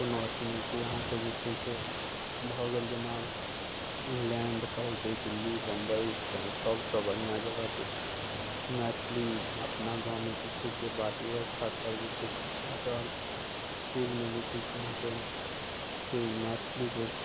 कोनो अथी नहि छै अहाँके जे छै से भऽ गेल जेना इंग्लैंड कहै छै दिल्ली बम्बइ सबसँ बढ़िआँ जगह छै मैथिली अपना गाँवमे जे छै से बात व्यवस्था सब जे छै ठीक ठाक रहल इसकुलमे जे छै से अहाँके से मैथिली जे